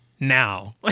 Now